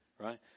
right